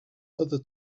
other